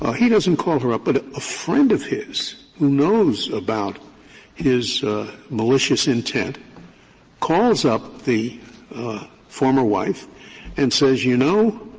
ah he doesn't call her up, but a friend of his who knows about his malicious intent calls up the former wife and says, you know,